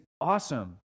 awesome